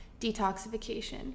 detoxification